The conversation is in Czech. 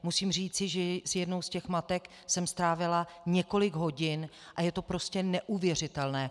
Musím říci, že s jednou z těch matek jsem strávila několik hodin a je to prostě neuvěřitelné.